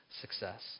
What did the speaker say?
success